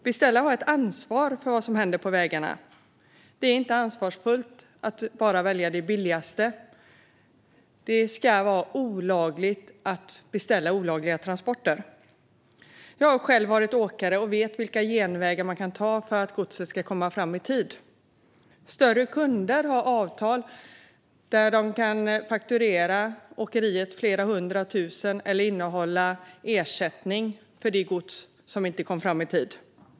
Beställaren har ett ansvar för vad som händer på vägarna, och det är inte ansvarsfullt att bara välja det billigaste. Det ska vara olagligt att beställa olagliga transporter! Jag har själv varit åkare och vet vilka genvägar man kan ta för att godset ska komma fram i tid. Större kunder har avtal som låter dem fakturera åkeriet flera hundra tusen eller hålla inne ersättning för gods som inte kommer fram i tid.